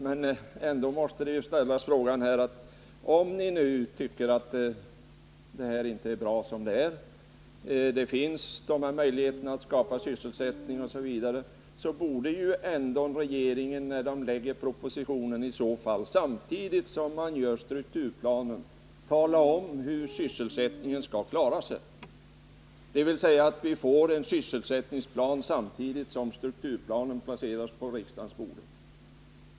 Men man måste ändå ställa frågan: Om ni nu inte tycker att det är bra som det är när det gäller sysselsättningsfrågorna och om det nu finns de möjligheter att skapa sysselsättning osv. som ni talar om, då borde ju regeringen i så fall samtidigt med att man presenterar strukturplanen i propositionen tala om hur sysselsättningsfrågorna skall lösas. Vi borde alltså ha fått en sysselsättningsplan samtidigt med att strukturplanen presenterades riksdagen.